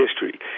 history